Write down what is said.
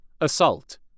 Assault